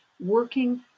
working